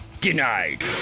Denied